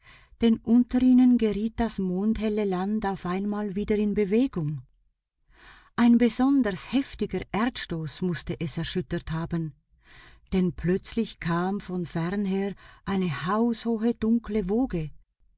denn unter ihnen geriet das monderhellte land auf einmal wieder in bewegung ein besonders heftiger erdstoß mußte es erschüttert haben denn plötzlich kam von ferneher eine haushohe dunkle woge